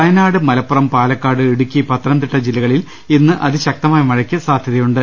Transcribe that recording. വയനാട് മലപ്പുറം പാലക്കാട് ഇടുക്കി പത്തനംതിട്ട ജില്ലകളിൽ ഇന്ന് അതിശക്തമായ മഴയ്ക്ക് സാധ്യതയുണ്ട്